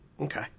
Okay